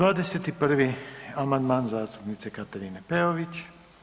21. amandman zastupnice Katarine Peović.